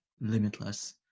limitless